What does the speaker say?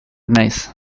naiz